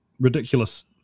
ridiculous